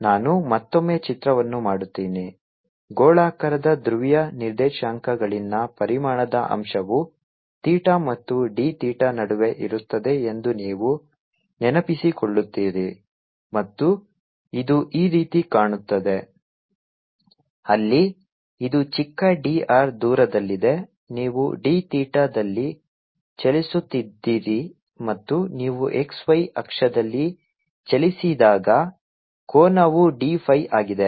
ನಾನು ಮತ್ತೊಮ್ಮೆ ಚಿತ್ರವನ್ನು ಮಾಡುತ್ತೇನೆ ಗೋಳಾಕಾರದ ಧ್ರುವೀಯ ನಿರ್ದೇಶಾಂಕಗಳಲ್ಲಿನ ಪರಿಮಾಣದ ಅಂಶವು ಥೀಟಾ ಮತ್ತು d ಥೀಟಾ ನಡುವೆ ಇರುತ್ತದೆ ಎಂದು ನೀವು ನೆನಪಿಸಿಕೊಳ್ಳುತ್ತೀರಿ ಮತ್ತು ಇದು ಈ ರೀತಿ ಕಾಣುತ್ತದೆ ಅಲ್ಲಿ ಇದು ಚಿಕ್ಕ d R ದೂರದಲ್ಲಿದೆ ನೀವು d ಥೀಟಾದಲ್ಲಿ ಚಲಿಸುತ್ತಿದ್ದೀರಿ ಮತ್ತು ನೀವು xy ಅಕ್ಷದಲ್ಲಿ ಚಲಿಸಿದಾಗ ಕೋನವು d phi ಆಗಿದೆ